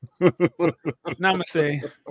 Namaste